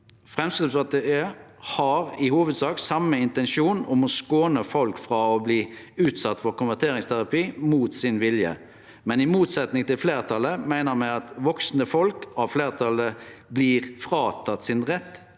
Framstegspartiet har i hovudsak same intensjon om å skåne folk frå å bli utsette for konverteringsterapi mot vilja si, men i motsetnad til fleirtalet meiner me at vaksne folk av fleirtalet blir fråtekne sin rett